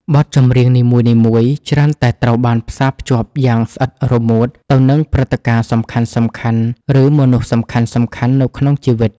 បទចម្រៀងនីមួយៗច្រើនតែត្រូវបានផ្សារភ្ជាប់យ៉ាងស្អិតរមួតទៅនឹងព្រឹត្តិការណ៍សំខាន់ៗ ឬមនុស្សសំខាន់ៗនៅក្នុងជីវិត